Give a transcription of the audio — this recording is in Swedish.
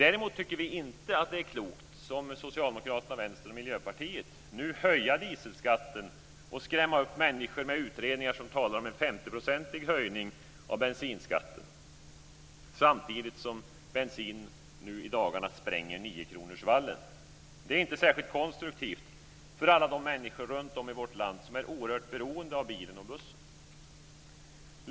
Däremot tycker vi inte att det är klokt att, som Socialdemokraterna, Vänsterpartiet och Miljöpartiet, nu höja dieselskatten och skrämma upp människor med utredningar som talar om en 50-procentig höjning av bensinskatten, samtidigt som bensinpriset i dagarna spränger 9-kronorsvallen. Det är inte särskilt konstruktivt för alla de människor runtom i vårt land som är oerhört beroende av bilen och bussen.